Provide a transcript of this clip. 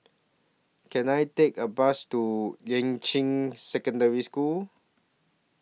Can I Take A Bus to Yuan Ching Secondary School